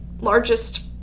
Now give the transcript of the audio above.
largest